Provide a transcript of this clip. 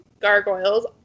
gargoyles